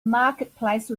marketplace